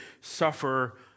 suffer